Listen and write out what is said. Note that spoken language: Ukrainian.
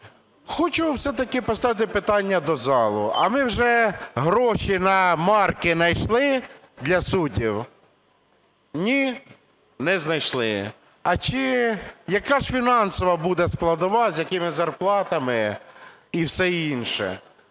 Хочу все-таки поставити питання до залу: а ви вже гроші на марки знайшли для суддів? Ні, не знайшли. А яка ж фінансова буде складова? З якими зарплатами і все інше